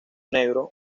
negro